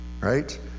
Right